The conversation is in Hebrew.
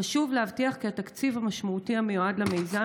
חשוב להבטיח כי התקציב המשמעותי המיועד למיזם,